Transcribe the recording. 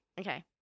Okay